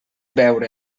veure